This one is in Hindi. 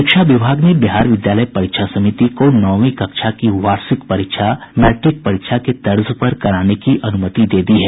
शिक्षा विभाग ने बिहार विद्यालय परीक्षा समिति को नौवीं कक्षा की वार्षिक परीक्षा मैट्रिक परीक्षा के तर्ज पर कराने की अनुमति दे दी है